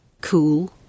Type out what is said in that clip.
cool